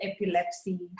epilepsy